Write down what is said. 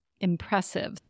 impressive